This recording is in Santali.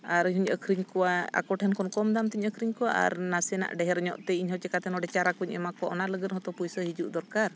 ᱟᱨ ᱤᱧ ᱦᱚᱧ ᱟᱹᱠᱷᱨᱤᱧ ᱠᱚᱣᱟ ᱟᱠᱚ ᱴᱷᱮᱱ ᱠᱷᱚᱱ ᱠᱚᱢ ᱫᱟᱢ ᱛᱤᱧ ᱟᱹᱠᱷᱨᱤᱧ ᱠᱚᱣᱟ ᱟᱨ ᱱᱟᱥᱮᱱᱟᱜ ᱰᱷᱮᱨ ᱧᱚᱜ ᱛᱮ ᱤᱧ ᱦᱚᱸ ᱪᱤᱠᱟᱹᱛᱮ ᱱᱚᱰᱮ ᱪᱟᱨᱟ ᱠᱚᱧ ᱮᱢᱟ ᱠᱚᱣᱟ ᱚᱱᱟ ᱞᱟᱹᱜᱤᱫ ᱦᱚᱸᱛᱚ ᱯᱚᱭᱥᱟ ᱦᱤᱡᱩᱜ ᱫᱚᱨᱠᱟᱨ